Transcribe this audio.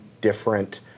different